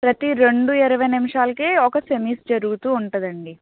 ప్రతి రెండు ఇరవై నిమిషాలకి ఒక సెమీస్ జరుగుతూ ఉంటదండి